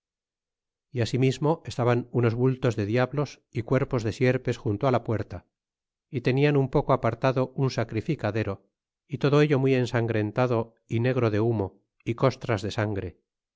e asimismo estaban unos bultos de diablos y cuerpos de sierpes junto la puerta y tenian un poco apartado un sacrificadero y todo ello mry ensangrentado y negro de humo y costras de sangre